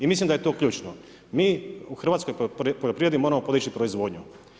I mislim da je tu ključno, mi u hrvatskoj poljoprivredi, moramo podići proizvodnju.